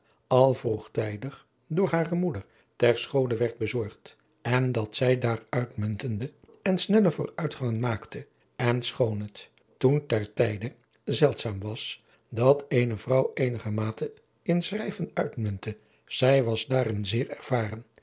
al vroegtijdig door hare moeder ter schole werd bezorgd en dat zij daar uitmuntende en snelle voortgangen maakte en adriaan loosjes pzn het leven van hillegonda buisman schoon het toen ter tijde zeldzaam was dat eene vrouw eenigermate in schrijven uitmuntte zij was daarin zeer ervaren